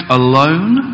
alone